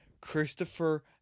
Christopher